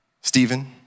Stephen